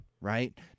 right